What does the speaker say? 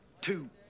two